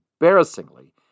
embarrassingly